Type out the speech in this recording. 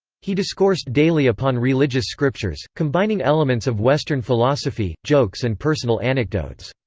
he discoursed daily upon religious scriptures, combining elements of western philosophy, jokes and personal anecdotes.